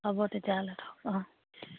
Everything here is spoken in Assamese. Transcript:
হ'ব তেতিয়াহ'লে থওক অঁ